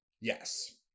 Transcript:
Yes